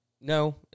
No